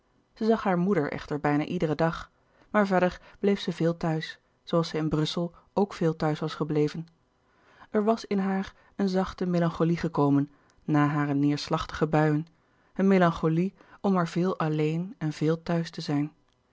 zij zag hare moeder echter bijna iederen dag maar verder bleef zij veel thuis zooals zij in brussel ook veel thuis was gebleven er was in haar een zachte melancholie gekomen na hare neêrslachtige buien een melancholie om maar veel alleen en veel thuis te zijn